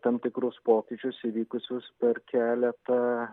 tam tikrus pokyčius įvykusius per keletą